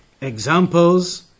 Examples